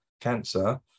cancer